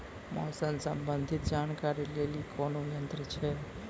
मौसम संबंधी जानकारी ले के लिए कोनोर यन्त्र छ?